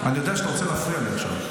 אני יודע שאתה רוצה להפריע לי עכשיו.